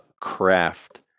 craft